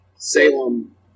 Salem